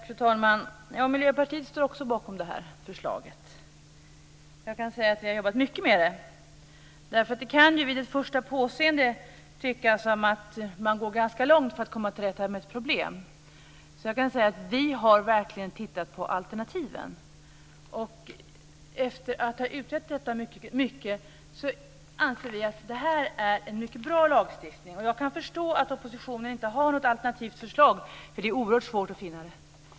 Fru talman! Miljöpartiet står också bakom förslaget. Jag kan säga att vi har jobbat mycket med det, därför att det vid ett första påseende kan tyckas att man går ganska långt för att komma till rätta med ett problem. Jag kan säga att vi verkligen har tittat närmare på alternativen. Efter att ha utrett detta mycket anser vi att det här är en mycket bra lagstiftning. Jag kan förstå att oppositionen inte har något alternativt förslag, för det är oerhört svårt att finna det.